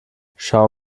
schau